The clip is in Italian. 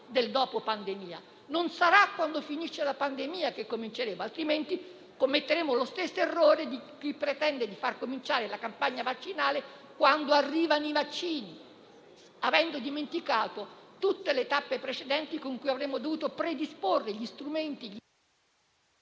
del dopo pandemia. Non dovremmo cominciare quando finisce la pandemia, altrimenti commetteremmo lo stesso errore di chi pretende di far cominciare la campagna vaccinale quando arrivano i vaccini, avendo dimenticato tutte le tappe precedenti con cui avremmo dovuto predisporre gli strumenti.